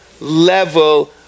level